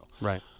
Right